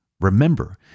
Remember